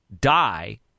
die